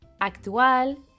Actual